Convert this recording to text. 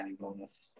bonus